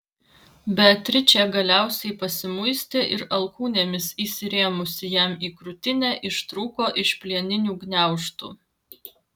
beatričė galiausiai pasimuistė ir alkūnėmis įsirėmusi jam į krūtinę ištrūko iš plieninių gniaužtų